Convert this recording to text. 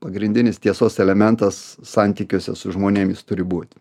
pagrindinis tiesos elementas santykiuose su žmonėm jis turi būt